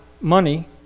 money